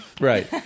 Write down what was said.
Right